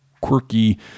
quirky